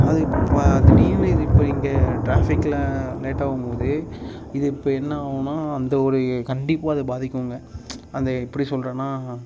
அது இப்போ திடீர்னு இது இப்போ இங்கே ட்ராஃபிக்ல லேட்டாவும்போது இது இப்போ என்ன ஆவுன்னா அந்த ஒரு கண்டிப்பாக அது பாதிக்குங்க அது எப்படி சொல்லுறேன்னா